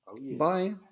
Bye